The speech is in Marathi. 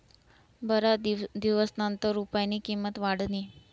बराच दिवसनंतर रुपयानी किंमत वाढनी